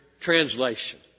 translation